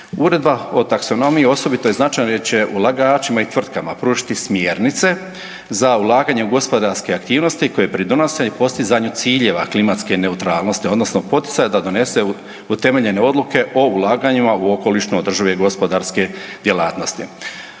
Uredba o taksonomiji osobito je značajna jer će ulagačima i tvrtkama pružiti smjernice za ulaganje u gospodarske aktivnosti koje pridonose i postizanju ciljeva klimatske neutralnost odnosno poticaja da donese utemeljene odluke o ulaganjima u okolišno održive gospodarske djelatnosti.